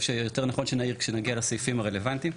שיותר נכון שנעיר כשנגיע לסעיפים הרלוונטיים,